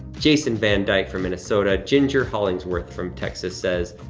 jason vandyke from minnesota. ginger hollingsworth from texas says,